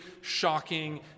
shocking